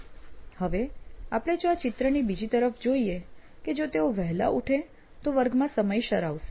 હવે આપણે જો આ ચિત્રની બીજી તરફ જોઈએ કે જો તે વહેલો ઉઠે તો તે વર્ગમાં સમયસર આવશે